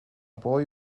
boy